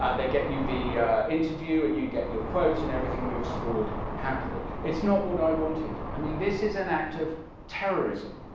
ah they get you the interview, and you get your quotes, and everything moves forward happily. it's not what i wanted. i mean, this is an act of terrorism.